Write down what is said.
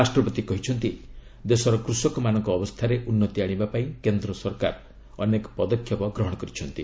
ରାଷ୍ଟ୍ରପତି କହିଛନ୍ତି ଦେଶର କୃଷକମାନଙ୍କ ଅବସ୍ଥାରେ ଉନ୍ନତି ଆଣିବା ପାଇଁ କେନ୍ଦ୍ର ସରକାର ଅନେକ ପଦକ୍ଷେପ ଗ୍ରହଣ କରିଛନ୍ତି